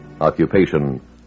occupation